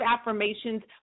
affirmations